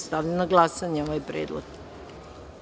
Stavljam na glasanje ovaj predlog.